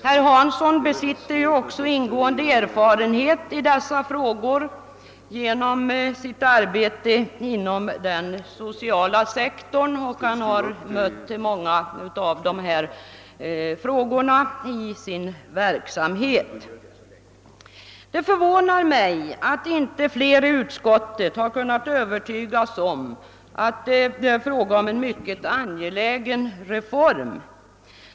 Herr Hansson besitter ju ingående erfarenhet i dessa frågor genom sitt arbete inom den sociala sektorn och han har mött många av dessa frågor i sin verksamhet. Det förvånar mig att inte flera i utskottet har kunnat övertygas om att detta är en mycket angelägen reform.